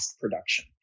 production